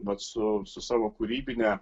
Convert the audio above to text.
vat su su savo kūrybine